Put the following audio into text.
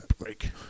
break